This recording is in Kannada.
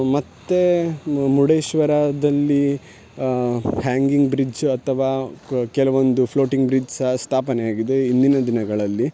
ಮತ್ತು ಮುರ್ಡೇಶ್ವರದಲ್ಲಿ ಹ್ಯಾಂಗಿಂಗ್ ಬ್ರಿಜ್ ಅಥವಾ ಕೆಲವೊಂದು ಫ್ಲೋಟಿಂಗ್ ಬ್ರಿಜ್ ಸಹ ಸ್ಥಾಪನೆಯಾಗಿದೆ ಇಂದಿನ ದಿನಗಳಲ್ಲಿ